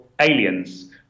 Aliens